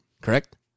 Correct